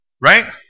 right